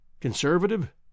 conservative